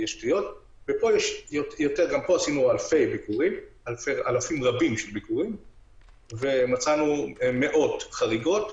גם פה עשינו אלפים רבים של ביקורים ומצאנו מאות חריגות,